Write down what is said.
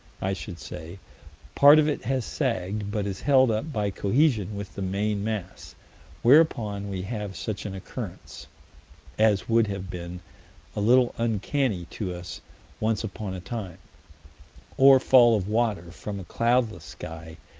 i should say part of it has sagged, but is held up by cohesion with the main mass whereupon we have such an occurrence as would have been a little uncanny to us once upon a time or fall of water from a cloudless sky,